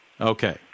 Okay